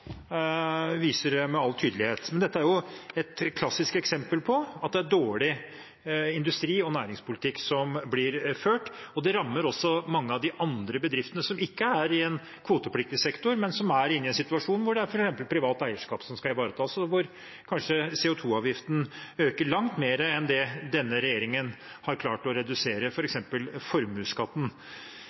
viser det med all tydelighet. Men dette er et klassisk eksempel på at det er dårlig industri- og næringspolitikk som blir ført, og det rammer også mange av de andre bedriftene som ikke er i en kvotepliktig sektor, men som er inne i en situasjon hvor det f.eks. er privat eierskap som skal ivaretas, og hvor kanskje CO 2 -avgiften øker langt mer enn det denne regjeringen har klart å redusere f.eks. formuesskatten.